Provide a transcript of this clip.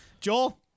Joel